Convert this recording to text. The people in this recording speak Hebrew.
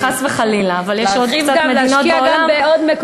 חס וחלילה, אבל יש עוד קצת מדינות בעולם שמשפיעות.